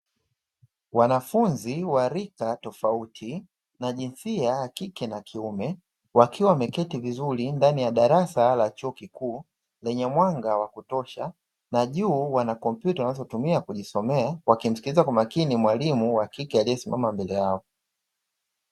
Wanafunzi wa rika tofauti na jinsia ya kike na kiume, wakiwa wameketi vizuri ndani ya darasa la chuo kikuu, lenye mwanga wa kutosha na juu wana kompyuta wanazotumia kujisomea, wakimsikiliza kwa makini mwalimu wa kike aliyesimama mbele yao.